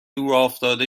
دورافتاده